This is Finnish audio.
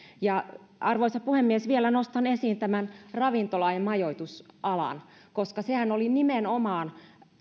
arvoisa puhemies vielä nostan esiin ravintola ja majoitusalan koska sehän oli nimenomaan